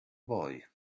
boy